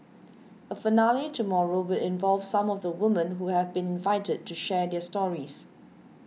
a finale tomorrow will involve some of the women who have been invited to share their stories